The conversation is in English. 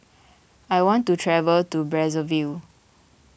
I want to travel to Brazzaville